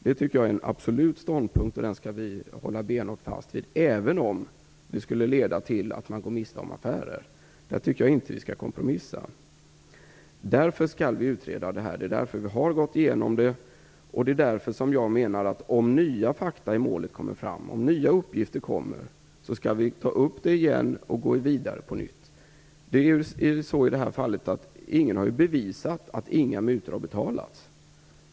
Det tycker jag är en absolut ståndpunkt, och den skall vi hålla benhårt fast vid, även om det skulle leda till att man går miste om affärer. Jag tycker inte att vi skall kompromissa. Därför skall vi utreda frågan. Det är därför vi har gått igenom ärendet, och det är därför jag menar att vi skall ta upp det igen och gå vidare på nytt om nya uppgifter eller fakta kommer fram. Ingen har bevisat att det inte har betalats några mutor.